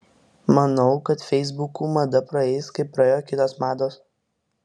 manau kad feisbukų mada praeis kaip praėjo kitos mados